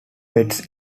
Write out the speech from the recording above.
pests